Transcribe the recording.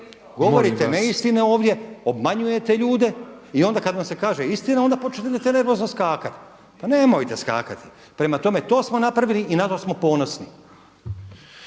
Govorite neistine ovdje, obmanjujete ljude i onda kad vam se kaže istina onda počnete nervozno skakati. Pa nemojte skakati! Prema tome, to smo napravili i na to smo ponosni.